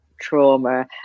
trauma